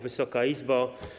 Wysoka Izbo!